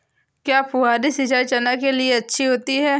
क्या फुहारी सिंचाई चना के लिए अच्छी होती है?